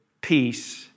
peace